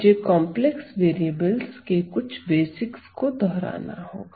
मुझे complex variables के कुछ बेसिक्स को दोहराना होगा